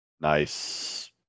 Nice